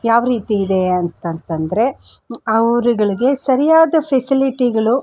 ಯಾವ ರೀತಿ ಇದೆ ಅಂತಂತಂದರೆ ಅವ್ರುಗಳಿಗೆ ಸರಿಯಾದ ಫೆಸಿಲಿಟಿಗಳು